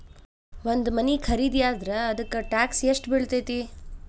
ಒಂದ್ ಮನಿ ಖರಿದಿಯಾದ್ರ ಅದಕ್ಕ ಟ್ಯಾಕ್ಸ್ ಯೆಷ್ಟ್ ಬಿಳ್ತೆತಿ?